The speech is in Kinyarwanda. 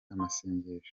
amasengesho